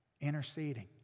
Interceding